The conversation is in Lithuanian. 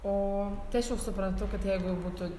o tai aš ir supratau kad jeigu jau būtų